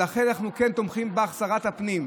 ולכן אנחנו כן תומכים בך, שרת הפנים.